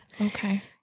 Okay